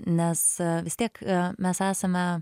nes vis tiek mes esame